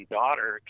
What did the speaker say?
daughter